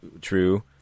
true